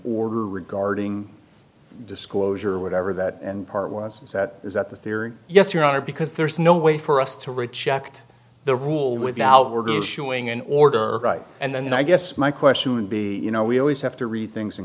order regarding disclosure whatever that and part was that is that the theory yes your honor because there's no way for us to reject the rule without were the issuing an order right and then i guess my question would be you know we always have to read things in